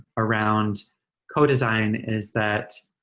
around co-design is that,